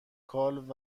کال